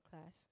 class